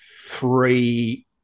three